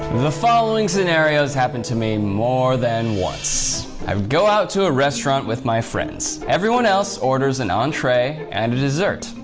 the following scenario's happened to me more than once. i would go out to a restaurant with my friends. everyone else orders an entree and a dessert.